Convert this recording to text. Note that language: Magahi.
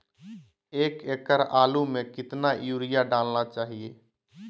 एक एकड़ आलु में कितना युरिया डालना चाहिए?